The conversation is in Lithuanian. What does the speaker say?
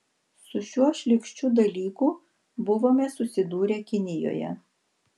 su šiuo šlykščiu dalyku buvome susidūrę kinijoje